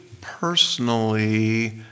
personally